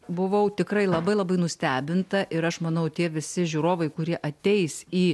buvau tikrai labai labai nustebinta ir aš manau tie visi žiūrovai kurie ateis į